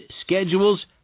schedules